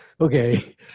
Okay